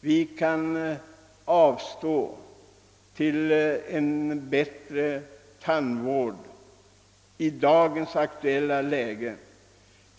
vi kan avstå för en bättre tandvård.